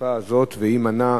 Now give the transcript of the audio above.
בשרפה הזאת, והיא מנעה,